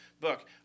book